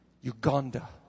Uganda